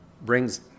brings